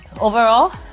overall.